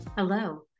Hello